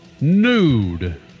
Nude